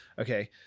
Okay